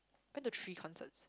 went to three concerts